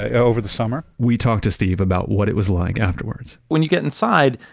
ah over the summer. we talked to steve about what it was like afterwards when you get inside,